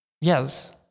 Yes